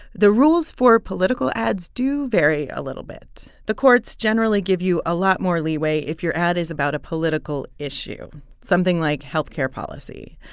the rules for political ads do vary a little bit. the courts generally give you a lot more leeway if your ad is about a political issue something like health care policy.